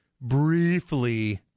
briefly